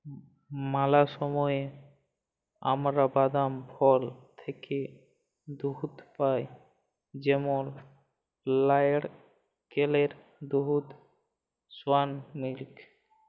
ম্যালা সময় আমরা বাদাম, ফল থ্যাইকে দুহুদ পাই যেমল লাইড়কেলের দুহুদ, সয়া মিল্ক